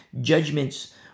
judgments